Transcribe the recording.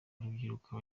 urubyiruko